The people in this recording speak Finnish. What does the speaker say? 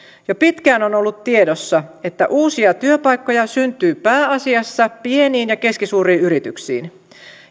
jo pitkään on ollut tiedossa että uusia työpaikkoja syntyy pääasiassa pieniin ja keskisuuriin yrityksiin